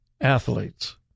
athletes